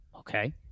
Okay